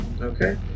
Okay